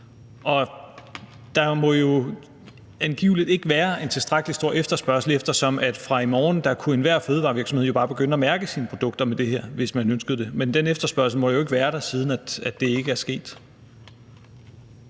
angiveligt ikke være en tilstrækkelig stor efterspørgsel, eftersom enhver virksomhed fra i morgen jo bare kunne begynde at mærke sine produkter med det her, hvis man ønskede det. Men den efterspørgsel må jo ikke være der, siden det ikke er sket.